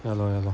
ya lor ya lor